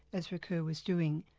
as ricoeur was doing.